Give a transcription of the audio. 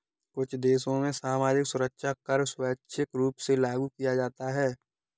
कुछ देशों में सामाजिक सुरक्षा कर स्वैच्छिक रूप से लागू किया जाता है